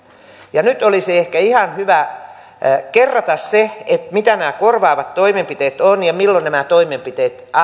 ja nyt olisi ehkä ihan hyvä kerrata se mitä nämä korvaavat toimenpiteet ovat ja milloin nämä toimenpiteet